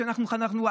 כפי שאנחנו התחנכנו,